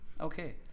okay